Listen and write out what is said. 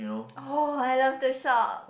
oh I love to shop